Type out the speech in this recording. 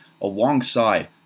alongside